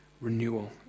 renewal